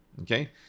Okay